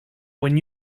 when